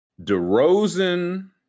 DeRozan